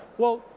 well,